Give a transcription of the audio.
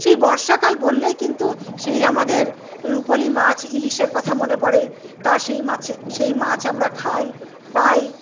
সেই বর্ষাকাল বললেই কিন্তু সেই আমাদের রুপোলি মাছ ইলিশের কথা মনে পড়ে তা সেই মাছের সেই মাছ আমরা খাই পাই